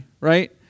right